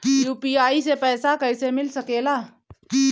UPI से पइसा कईसे मिल सके ला?